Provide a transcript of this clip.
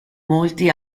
molti